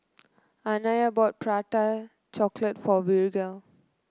Anaya bought Prata Chocolate for Virgle